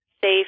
safe